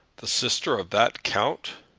the sister of that count?